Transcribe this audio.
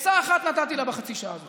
עצה אחת נתתי לה בחצי השעה הזאת.